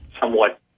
somewhat